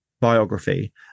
biography